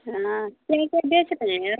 हाँ कहीं पर बेच रहे हैं